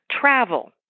travel